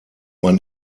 man